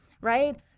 right